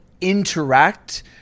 interact